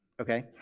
okay